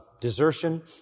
desertion